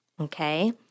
okay